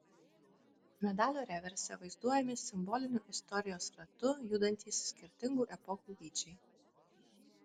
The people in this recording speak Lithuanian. medalio reverse vaizduojami simboliniu istorijos ratu judantys skirtingų epochų vyčiai